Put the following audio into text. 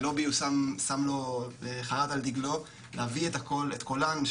הלובי חרט על דגלו להביא את קולם של